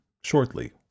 shortly